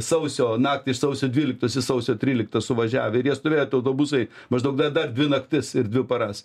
sausio naktį iš sausio dvyliktos į sausio tryliktą suvažiavę ir jie stovėjo tie autobusai maždaug dar dar dvi naktis ir dvi paras